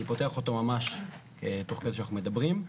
אני פותח אותו ממש תוך כדי שאנחנו מדברים.